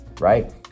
right